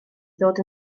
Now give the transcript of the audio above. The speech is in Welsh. ddod